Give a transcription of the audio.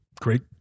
great